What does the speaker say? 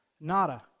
Nada